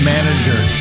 Manager